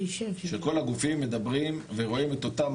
שכל הגופים מדברים ורואים את אותן